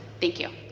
thank you.